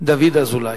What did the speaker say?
דוד אזולאי.